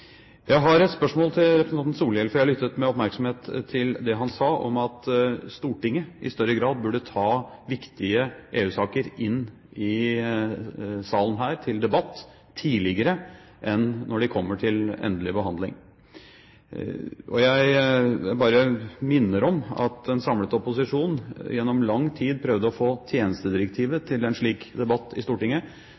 Jeg har et spørsmål til representanten Solhjell, for jeg lyttet med oppmerksomhet til det han sa om at Stortinget i større grad burde ta viktige EU-saker inn i salen her til debatt tidligere enn når de kommer til endelig behandling. Jeg bare minner om at en samlet opposisjon gjennom lang tid prøvde å få tjenestedirektivet